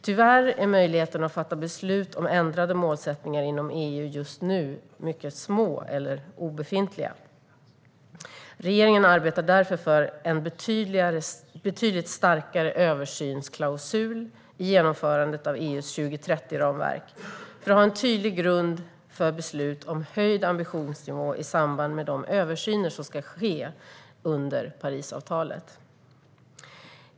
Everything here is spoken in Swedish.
Tyvärr är möjligheterna att fatta beslut om ändrade målsättningar inom EU just nu små eller obefintliga. Regeringen arbetar därför för en betydligt starkare översynsklausul i genomförandet av EU:s 2030-ramverk, för att ha en tydlig grund för beslut om höjd ambitionsnivå i samband med de översyner som ska ske under Parisavtalet.